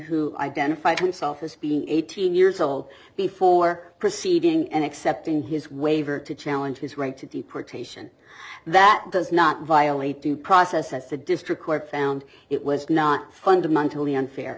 who identified himself as being eighteen years old before proceeding and accepting his waiver to challenge his right to deportation that does not violate due process as the district court found it was not fundamentally unfair